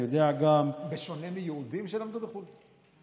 בשונה מיהודים שלמדו בחו"ל?